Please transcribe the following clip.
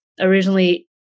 originally